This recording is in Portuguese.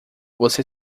você